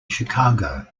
chicago